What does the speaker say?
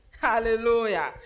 Hallelujah